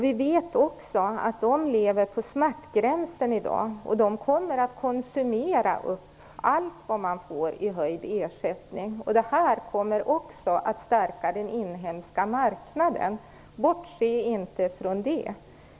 Vi vet också att de lever på smärtgränsen i dag. De kommer att konsumera allt de får i höjd ersättning. Det kommer att stärka den inhemska marknaden. Bortse inte från det.